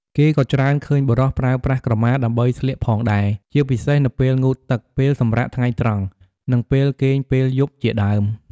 គេក៏ច្រើនឃើញបុរសប្រើប្រាស់ក្រមាដើម្បីស្លៀកផងដែរ ជាពិសេសនៅពេល ងូតទឹក ពេលសម្រាកថ្ងៃត្រង់ និងពេលគេងពេលយប់ជាដើម។